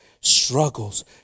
struggles